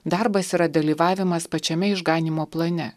darbas yra dalyvavimas pačiame išganymo plane